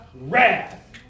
Wrath